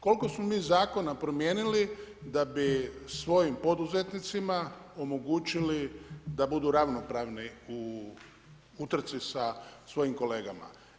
Koliko smo mi zakona promijenili da bi svojim poduzetnicima omogućili da budu ravnopravni u utrci sa svojim kolegama?